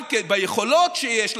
גם ביכולות שיש לנו,